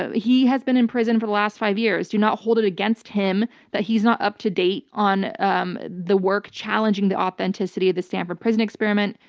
but he has been in prison for the last five years. do not hold it against him that he's not up-to-date on um the work challenging the authenticity of the stanford prison experiment.